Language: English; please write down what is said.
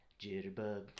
Jitterbug